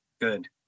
good